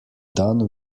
done